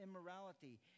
immorality